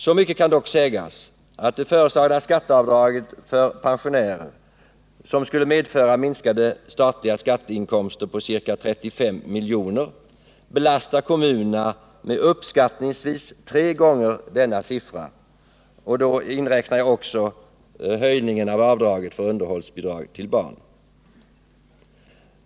Så mycket kan dock sägas att det föreslagna skatteavdraget för pensionärer, som skulle medföra minskade statliga skatteinkomster på ca 35 miljoner, belastar kommunerna med uppskattningsvis tre gånger denna siffra. Då räknar jag också in höjningen av avdragen för underhållsbidrag till barn.